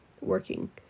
working